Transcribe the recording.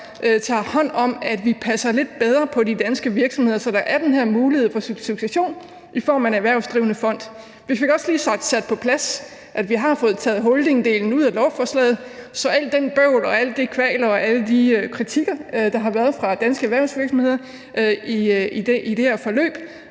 tager hånd om, at vi passer lidt bedre på de danske virksomheder, så der er den her mulighed for succession i form af en erhvervsdrivende fond. Vi fik også lige sat på plads, at vi har fået taget holdingdelen ud af lovforslaget, så alt det bøvl, alle de kvaler og al den kritik, der har været fra danske erhvervsvirksomheder i det her forløb,